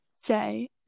Say